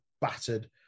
battered